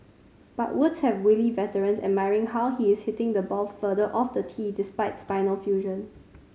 but Woods has wily veterans admiring how he is hitting the ball further off the tee despite spinal fusion